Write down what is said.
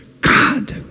God